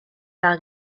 par